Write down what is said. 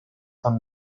von